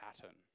pattern